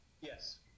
Yes